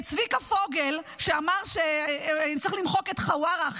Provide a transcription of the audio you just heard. את צביקה פוגל שאחרי פיגוע אמר שצריך למחוק את חווארה.